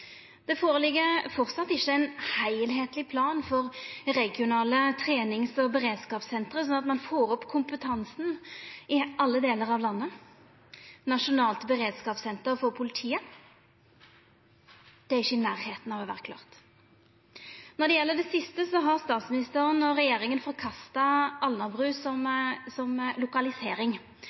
Det finst framleis ikkje ein heilskapleg plan for regionale trenings- og beredskapssenter, sånn at ein får opp kompetansen i alle delar av landet. Nasjonalt beredskapssenter for politiet – det er ikkje i nærleiken av å vera klart. Når det gjeld dette siste, har statsministeren og regjeringa forkasta Alnabru som lokalisering